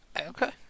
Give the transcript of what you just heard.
Okay